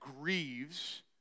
grieves